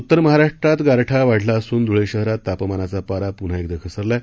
उत्तर महाराष्ट्रात गारठा वाढला असूनधुळे शहरात तापमानाचा पारा पुन्हा एकदा घसरला आहे